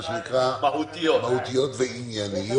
מה שנקרא, "מהותיות וענייניות".